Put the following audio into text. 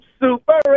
super